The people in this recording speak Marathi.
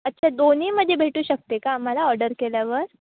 अच्छा दोन्हीमध्ये भेटू शकते का आम्हाला ऑडर केल्यावर